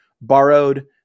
borrowed